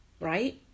Right